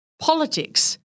politics